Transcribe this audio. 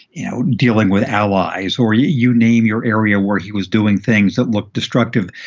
you know, dealing with allies or you you name your area where he was doing things that looked destructive,